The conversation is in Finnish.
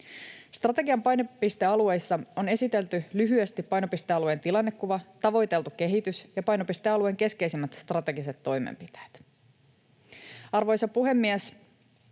Strategian painopistealueissa on esitelty lyhyesti painopistealueen tilannekuva, tavoiteltu kehitys ja painopistealueen keskeisimmät strategiset toimenpiteet. Arvoisa puhemies!